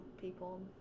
people